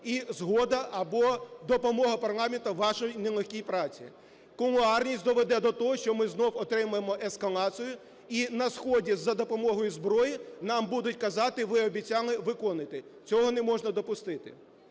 і згода або допомога парламенту в вашій нелегкій праці. Кулуарність доведе до того, що ми знову отримаємо ескалацію, і на сході за допомогою зброї нам будуть казати: ви обіцяли – виконуйте. Цього не можна допустити.